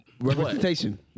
Representation